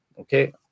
okay